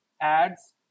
ads